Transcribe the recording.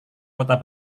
kota